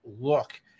look